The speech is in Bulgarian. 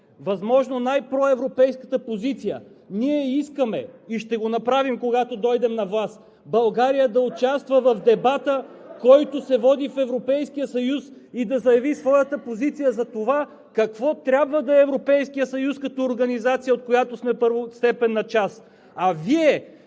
възможно най-проевропейската позиция. Ние искаме и ще го направим, когато дойдем на власт – България да участва в дебата, който се води в Европейския съюз и да заяви своята позиция за това какво трябва да е Европейският съюз като организация, от която сме първостепенна част.